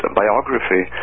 biography